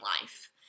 life